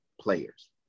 players